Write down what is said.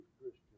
Christian